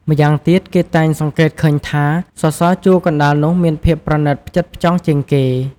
ម៉្យាងទៀតគេតែងសង្កេតឃើញថា សសរជួរកណ្តាលនោះមានភាពប្រណិតផ្ចិតផ្ចង់ជាងគេ។